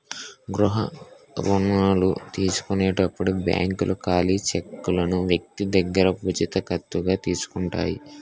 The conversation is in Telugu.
గృహ రుణాల తీసుకునేటప్పుడు బ్యాంకులు ఖాళీ చెక్కులను వ్యక్తి దగ్గర పూచికత్తుగా తీసుకుంటాయి